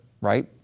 right